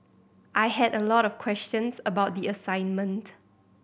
I had a lot of questions about the assignment